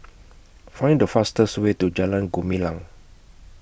Find The fastest Way to Jalan Gumilang